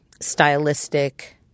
stylistic